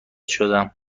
شدم